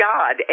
God